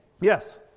Yes